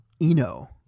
Eno